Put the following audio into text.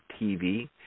TV